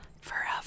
forever